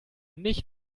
nicht